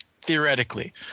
theoretically